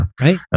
right